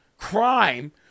crime